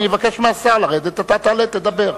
אני אבקש מהשר לרדת, אתה תעלה, תדבר.